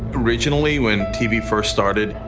originally, when tv first started,